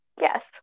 Yes